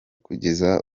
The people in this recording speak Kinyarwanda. kugeza